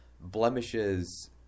blemishes